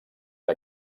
que